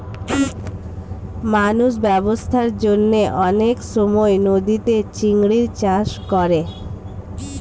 মানুষ ব্যবসার জন্যে অনেক সময় নদীতে চিংড়ির চাষ করে